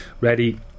ready